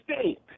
State